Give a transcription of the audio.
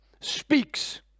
speaks